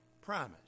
promise